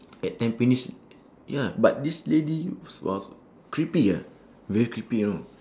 at tampines ya but this lady s~ was creepy ah very creepy you know